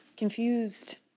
Confused